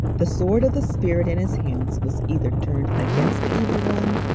the sword of the spirit in his hands was either turned against the evil one,